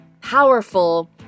powerful